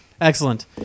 Excellent